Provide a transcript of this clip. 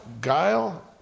Guile